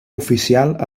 oficial